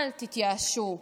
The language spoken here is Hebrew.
אל תתייאשו,